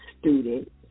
student